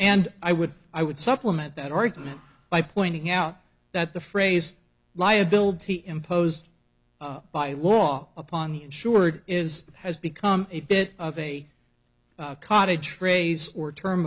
and i would i would supplement that argument by pointing out that the phrase liability imposed by law upon the insured is has become a bit of a cottage phrase or term